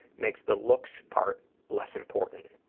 makes the looks part less important.